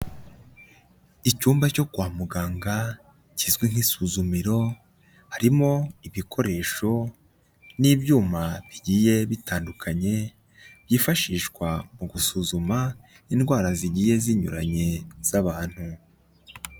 Icyumba cyo kwa muganga kizwi nk'isuzumiro, harimo ibikoresho n'ibyuma bigiye bitandukanye, byifashishwa mu gusuzuma indwara zigiye zinyuranye z'abantu.